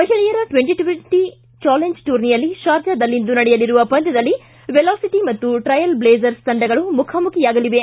ಮಹಿಳೆಯರ twenty twenty challenge ಟೂರ್ನಿಯಲ್ಲಿ ಶಾರ್ಜಾದಲ್ಲಿಂದು ನಡೆಯಲಿರುವ ಪಂದ್ಯದಲ್ಲಿ ವೆಲಾಸಿಟಿ ಪಾಗೂ ಟ್ರೈಲ್ಬ್ಲೇಜರ್ಸ್ ತಂಡಗಳು ಮುಖಾಮುಖಿಯಾಗಲಿವೆ